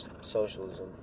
socialism